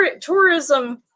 tourism